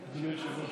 היושב-ראש,